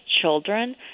children